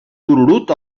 tururut